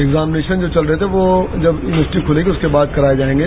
examination जो चल रहे थे वो जब यूनिवर्सिटी खुलेंगी उसके बाद कराये जाएंगे